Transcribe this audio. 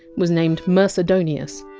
was named mercedonius.